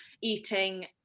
eating